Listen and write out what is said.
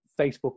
Facebook